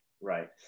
Right